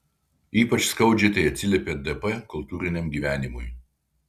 ypač skaudžiai tai atsiliepė dp kultūriniam gyvenimui